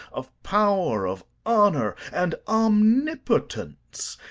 of power, of honour, and omnipotence,